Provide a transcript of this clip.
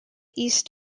east